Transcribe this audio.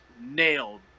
nailed